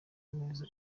neza